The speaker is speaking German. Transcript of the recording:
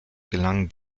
gelangen